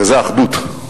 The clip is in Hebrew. וזה אחדות,